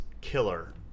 killer